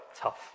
tough